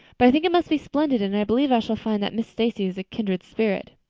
but i think it must be splendid and i believe i shall find that miss stacy is a kindred spirit.